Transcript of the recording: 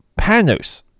Panos